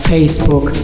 Facebook